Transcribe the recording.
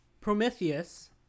prometheus